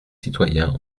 citoyens